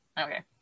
okay